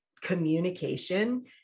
communication